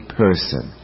person